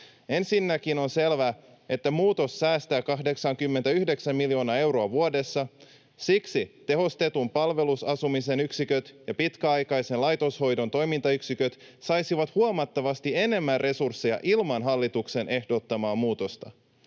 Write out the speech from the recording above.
Ensinnäkin on selvää, että muutos säästää 89 miljoonaa euroa vuodessa. Siksi tehostetun palveluasumisen yksiköt ja pitkäaikaisen laitoshoidon toimintayksiköt saisivat huomattavasti enemmän resursseja ilman hallituksen ehdottamaa muutosta.